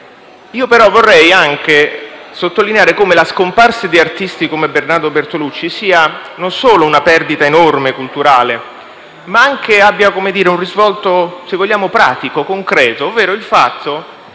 Io però vorrei anche sottolineare come la scomparsa di artisti come Bernardo Bertolucci sia non solo una perdita culturale enorme ma che abbia anche un risvolto, se vogliamo, pratico, concreto, ovvero il fatto